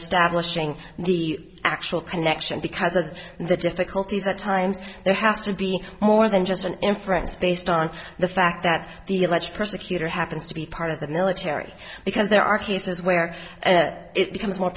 establishing the actual connection because of the difficulties at times there has to be more than just an inference based on the fact that the alleged persecutor happens to be part of the military because there are cases where and that it becomes more